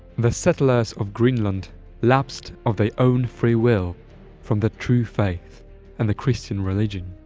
the settlers of greenland lapsed of their own free will from the true faith and the christian religion.